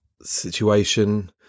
situation